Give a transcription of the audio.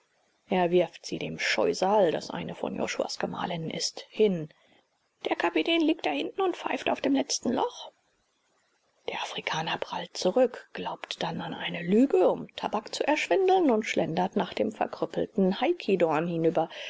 er wirft sie dem scheusal das eine von josuas gemahlinnen ist hin der kapitän liegt dahinten und pfeift auf dem letzten loch der afrikaner prallt zurück glaubt dann an eine lüge um tabak zu erschwindeln und schlendert nach dem verkrüppelten hackidorn hinüber